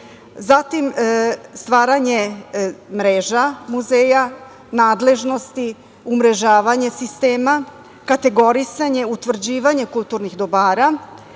stvaranje mreža muzeja, nadležnosti, umrežavanje sistema, kategorisanje, utvrđivanje kulturnih dobara